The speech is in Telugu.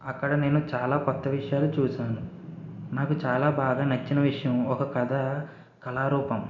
అక్కడ నేను చాలా కొత్త విషయాలు చూశాను నాకు చాలా బాగా నచ్చిన విషయం ఒక కథ కళారూపం